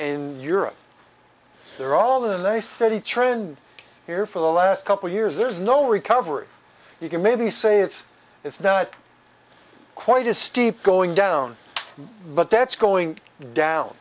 in europe there all the nice steady trend here for the last couple years there's no recovery you can maybe say it's it's not quite as steep going down but that's going down